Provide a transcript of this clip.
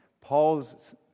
Paul's